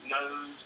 knows